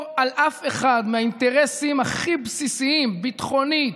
על אף אחד מהאינטרסים הכי בסיסיים ביטחונית,